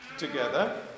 together